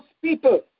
people